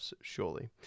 surely